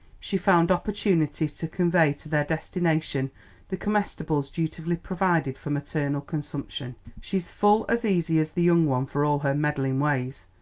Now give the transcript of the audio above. she found opportunity to convey to their destination the comestibles dutifully provided for maternal consumption. she's full as easy as the young one for all her meddlin' ways,